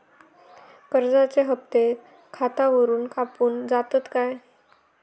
कर्जाचे हप्ते खातावरून कापून जातत काय?